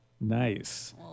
nice